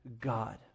God